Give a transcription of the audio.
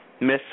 Miss